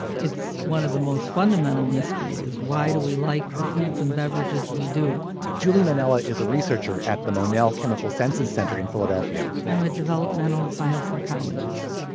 it's one of the most fundamental mystery is why do we like the foods and beverages we do julie mandela is a researcher at the mon-el chemical senses center in philadelphia i'm a developmental bio psychologist,